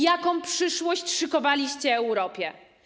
Jaką przyszłość szykowaliście Europie?